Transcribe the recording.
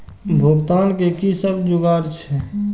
भुगतान के कि सब जुगार छे?